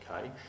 okay